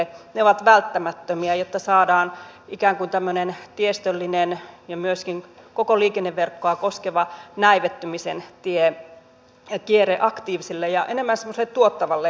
se on välttämätöntä jotta saadaan ikään kuin tämmöinen tiestöllinen ja myöskin koko liikenneverkkoa koskeva näivettymisen kierre aktiiviselle ja enemmän semmoiselle tuottavalle raiteelle